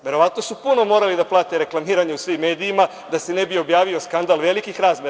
Verovatno su puno morali da plate reklamiranje u svim medijima, da se ne bi objavio skandal velikih razmera.